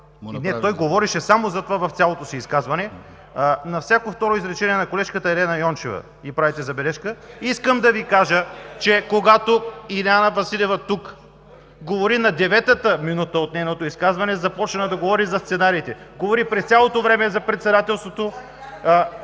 той говореше само за това в цялото си изказване. На всяко второ изречение на колежката Елена Йончева й правите забележка. (Силен шум и реплики от ГЕРБ.) Искам да Ви кажа, че когато Ивелина Василева тук говори, на деветата минута от нейното изказване започна да говори за сценариите. Говори през цялото време за председателството…